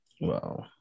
Wow